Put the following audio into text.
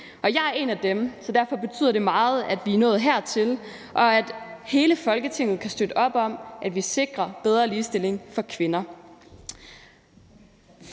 jeg er en af dem. Så derfor betyder det meget, at vi er nået hertil, og at hele Folketinget kan støtte op om, at vi sikrer bedre ligestilling for kvinder.